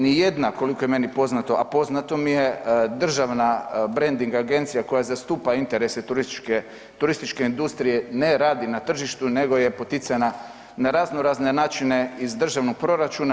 Nijedna koliko je meni poznato, a poznato mi je državna brending agencija koja zastupa interese turističke, turističke industrije ne radi na tržištu nego je poticana na razno razne načine iz državnog proračuna.